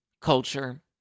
Culture